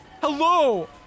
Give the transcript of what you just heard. Hello